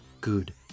good